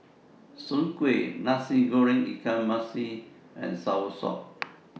Soon Kueh Nasi Goreng Ikan Masin and Soursop